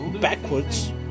Backwards